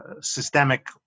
systemic